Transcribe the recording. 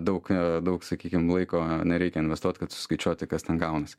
daug daug sakykim laiko nereikia investuot kad suskaičiuoti kas ten gaunasi